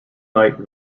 night